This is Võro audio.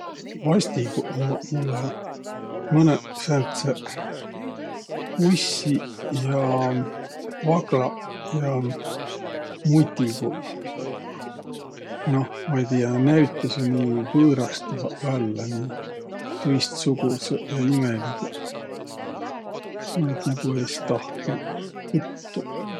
Vastiguq ummaq mullõ mõnõq sääntseq hussiq ja vaglaq ja mutiguq. Noh, ma ei tiiäq, nä näütäseq nii võõrastavaq vällä, nii tõistsugudsõq ja imeliguq. Noid nigu es tahtnuq puttuq.